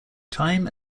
time